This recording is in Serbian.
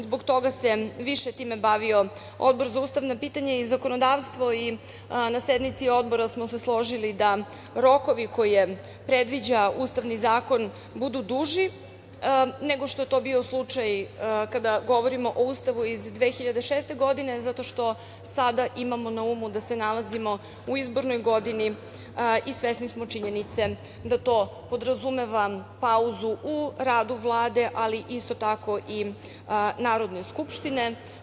Zbog toga se više time bavio Odbor za ustavna pitanja i zakonodavstvo i na sednici Odbora smo se složili da rokovi koje predviđa Ustavni zakon budu duži nego što je to bio slučaj kada govorimo o ustavu iz 2006. godine zato što sada imamo na umu da se nalazimo u izbornoj godini i svesni smo činjenice da to podrazumeva pauzu u radu Vlade, ali isto tako i Narodne skupštine.